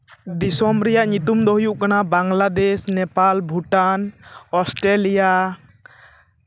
ᱫᱤᱥᱚᱢ ᱨᱮᱭᱟᱜ ᱧᱩᱛᱩᱢ ᱫᱚ ᱦᱩᱭᱩᱜ ᱠᱟᱱᱟ ᱵᱟᱝᱞᱟᱫᱮᱥ ᱱᱮᱯᱟᱞ ᱵᱷᱩᱴᱟᱱ ᱚᱥᱴᱨᱮᱞᱤᱭᱟ